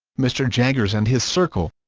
mr. jaggers and his circle